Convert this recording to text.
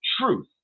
truth